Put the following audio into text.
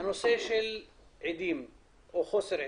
הנושא של עדים או חוסר עדים.